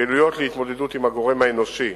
פעילויות להתמודדות עם הגורם האנושי,